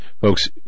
Folks